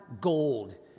gold